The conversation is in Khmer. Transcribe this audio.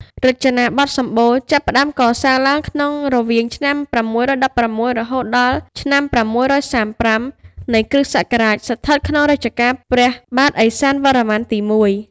រចនាបថសម្បូណ៌ ចាប់ផ្តើមកសាងឡើងក្នុងរវាងឆ្នាំ៦១៦ រហូតដល់ឆ្នាំ ៦៣៥ នៃគ្រិស្តសករាជ ស្ថិតក្នុងរជ្ជកាលរបស់ព្រះបាទឥសានវរ្ម័នទី១។